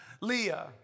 Leah